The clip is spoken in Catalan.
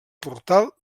portal